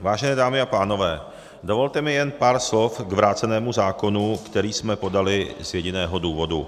Vážené dámy a pánové, dovolte mi jen pár slov k vrácenému zákonu, který jsme podali z jediného důvodu.